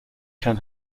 can